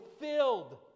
filled